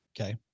Okay